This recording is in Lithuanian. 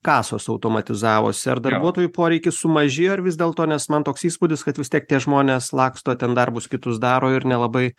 kasos automatizavosi ar darbuotojų poreikis sumažėjo ar vis dėl to nes man toks įspūdis kad vis tiek tie žmonės laksto ten darbus kitus daro ir nelabai